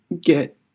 get